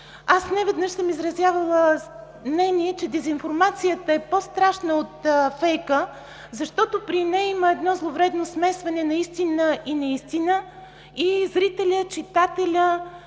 Неведнъж съм изразявала мнение, че дезинформацията е по-страшна от фейка, защото при нея има едно зловредно смесване на истина и неистина и зрителят, читателят,